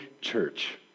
church